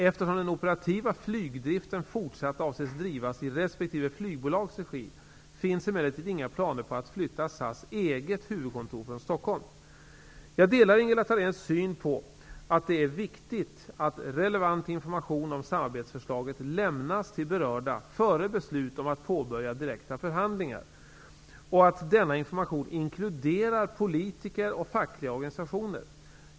Eftersom den operativa flygdriften fortsatt avses drivas i resp. flygbolags regi finns emellertid inga planer på att flytta SAS Jag delar Ingela Thaléns syn på att det är viktigt att relevant information om samarbetsförslaget lämnas till berörda före beslut om att påbörja direkta förhandlingar, och att denna information inkluderar politiker och fackliga organisationer.